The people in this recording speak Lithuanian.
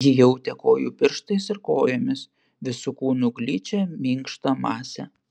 ji jautė kojų pirštais ir kojomis visu kūnu gličią minkštą masę